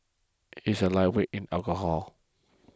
he is a lightweight in alcohol